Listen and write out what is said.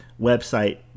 website